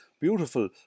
beautiful